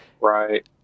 right